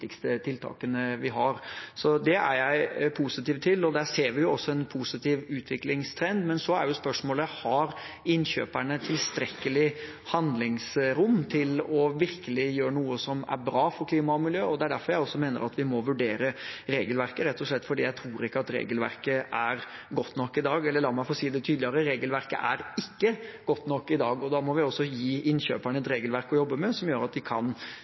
tiltakene vi har. Så det er jeg positiv til, og der ser vi også en positiv utviklingstrend. Men så er spørsmålet: Har innkjøperne tilstrekkelig handlingsrom til virkelig å gjøre noe som er bra for klima og miljø? Det er derfor jeg også mener at vi må vurdere regelverket, rett og slett fordi jeg tror ikke at regelverket er godt nok i dag – eller, la meg få si det tydeligere: Regelverket er ikke godt nok i dag. Da må vi også gi innkjøperne et regelverk å jobbe med som gjør at vi kan